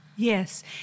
Yes